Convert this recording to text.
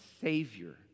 Savior